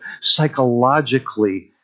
psychologically